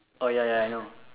oh ya ya I know